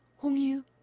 hong yoo,